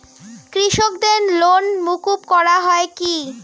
কৃষকদের লোন মুকুব করা হয় কি?